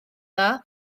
dda